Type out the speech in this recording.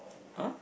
!huh!